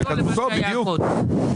למה שהיה קודם.